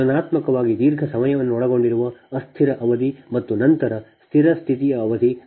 ತುಲನಾತ್ಮಕವಾಗಿ ದೀರ್ಘ ಸಮಯವನ್ನು ಒಳಗೊಂಡಿರುವ ಅಸ್ಥಿರ ಅವಧಿ ಮತ್ತು ನಂತರ ಸ್ಥಿರ ಸ್ಥಿತಿಯ ಅವಧಿ